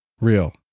Real